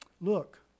Look